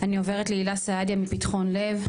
אני עוברת להילה סעדיה מפתחון לב,